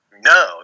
No